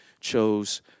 chose